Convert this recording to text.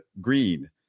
Green